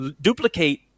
Duplicate